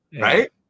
right